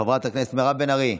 חברת הכנסת מירב בן ארי,